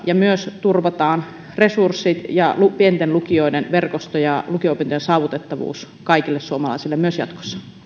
ja myös miten turvataan resurssit ja pienten lukioiden verkosto ja lukio opintojen saavutettavuus kaikille suomalaisille myös jatkossa